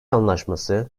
anlaşması